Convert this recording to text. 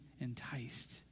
enticed